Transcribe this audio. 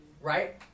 right